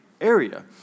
area